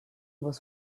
was